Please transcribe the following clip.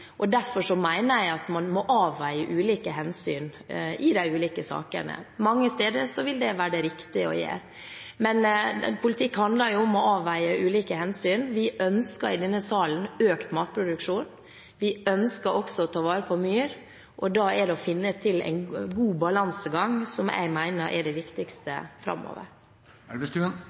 og derfor mener jeg at man må avveie ulike hensyn i de ulike sakene. Mange steder vil det være det riktige å gjøre. Politikk handler om å avveie ulike hensyn. Vi ønsker i denne salen økt matproduksjon. Vi ønsker også å ta vare på myr. Da mener jeg det å finne en god balansegang er det